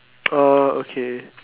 uh okay